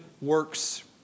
works